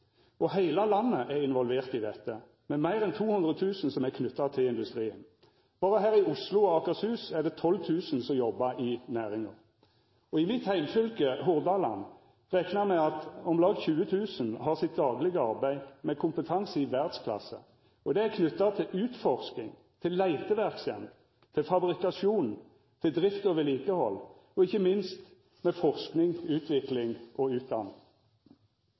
Heile landet er involvert i dette, med meir enn 200 000 som er knytte til industrien. Berre i Oslo og Akershus er det 12 000 som jobbar i næringa. I mitt heimfylke, Hordaland, reknar me at om lag 20 000 har sitt daglege arbeid, med kompetanse i verdsklasse, knytt til utforsking, leiteverksemd, fabrikasjon, drift og vedlikehald og ikkje minst medforsking, utvikling og utdanning.